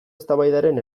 eztabaidaren